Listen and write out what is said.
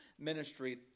ministry